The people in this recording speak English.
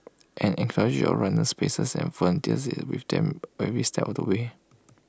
an entourage of runners pacers and volunteers is with them every step of the way